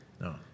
No